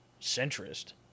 Centrist